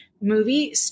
movie